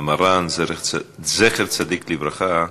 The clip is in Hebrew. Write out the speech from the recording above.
המרן, זכר צדיק לברכה,